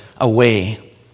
away